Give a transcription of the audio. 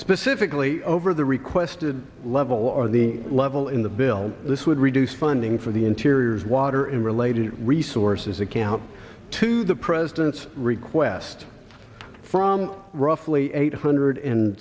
specifically over the requested level or the level in the bill this would reduce funding for the interior's water and related resources account to the president's request from roughly eight hundred and